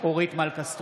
אורית מלכה סטרוק,